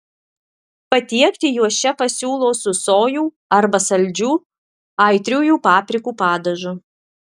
patiekti juos šefas siūlo su sojų arba saldžiu aitriųjų paprikų padažu